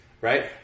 Right